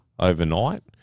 Overnight